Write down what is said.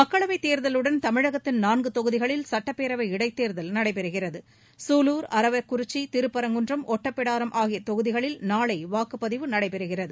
மக்களவைத் தேர்தலுடன் தமிழகத்தின் நான்கு தொகுதிகளில் சுட்டப்பேரவை இடைத்தேர்தல் நடைபெறுகிறது சூலூர் அரவக்குறிச்சி திருப்பரங்குன்றம் ஒட்டப்பிடாரம் ஆகிய தொகுதிகளில் நாளை வாக்குப்பதிவு நடைபெறுகிறது